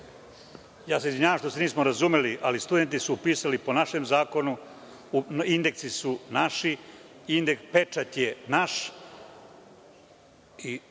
Izvinjavam se što se nismo razumeli, ali, studenti su pisali po našem zakonu, indeksi su naši, pečat je naš